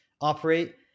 operate